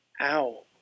Ow